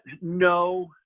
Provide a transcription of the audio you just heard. No